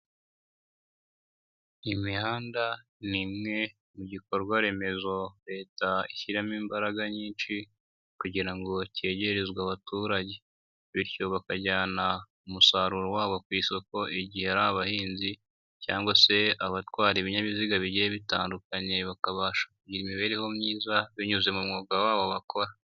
Imihanda ni imwe mu bikorwa remezo Leta ishyiramo imbaraga nyinshi kugira ngo kegerezwe abaturage bityo bakajyana umusaruro wabo ku isoko igihe ari abahinzi cyangwa se abatwara ibinyabiziga bigiye bitandukanye bakaba kugira imibereho myiza binyuze mu mwuga wabo bakora.